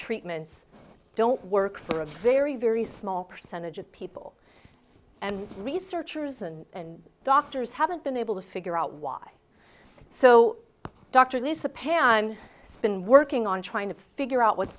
treatments don't work for a very very small percentage of people and researchers and doctors haven't been able to figure out why so dr lisa pan spin working on trying to figure out what's